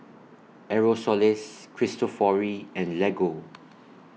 Aerosoles Cristofori and Lego